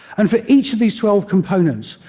and for each of these twelve components,